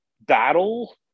battle